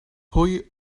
pwy